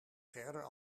verder